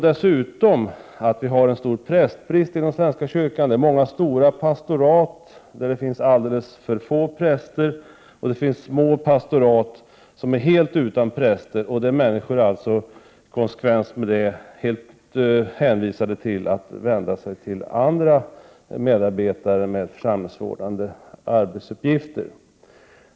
Dessutom har vi en stor prästbrist inom svenska kyrkan. I många stora pastorat finns det alldeles för få präster. Det finns små pastorat som är helt utan präster, där människor i konsekvens med det är helt hänvisade till att vända sig till andra medarbetare med församlingsvårdande arbetsuppgifter.